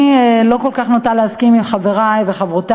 אני לא כל כך נוטה להסכים עם חברי וחברותי